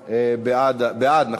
בעד.